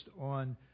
on